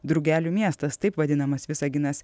drugelių miestas taip vadinamas visaginas